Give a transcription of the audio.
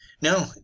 No